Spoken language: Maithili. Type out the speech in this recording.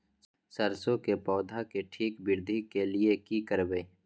सरसो के पौधा के ठीक वृद्धि के लिये की करबै?